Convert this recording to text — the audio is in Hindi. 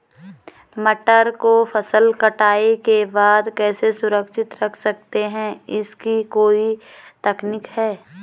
मटर को फसल कटाई के बाद कैसे सुरक्षित रख सकते हैं इसकी कोई तकनीक है?